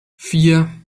vier